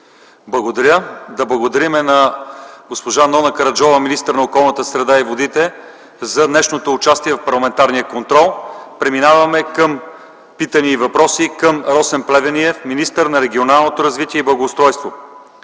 ИВАНОВ: Да благодарим на госпожа Нона Караджова – министър на околната среда и водите, за днешното участие в парламентарния контрол. Преминаваме към питания и въпроси към Росен Плевнелиев – министър на регионалното развитие и благоустройството.